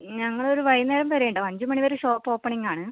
ഞങ്ങൾ ഒരു വൈകുന്നേരം വരെ ഉണ്ടാവും അഞ്ച് മണി വരെ ഷോപ്പ് ഓപ്പണിംഗ് ആണ്